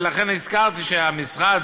ולכן הזכרתי שהמשרד,